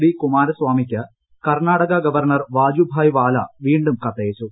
D കുമാരസ്വാമിക്ക് Karnataka governor Vajubhai Vala വീണ്ടും കത്തയച്ചു